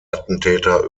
attentäter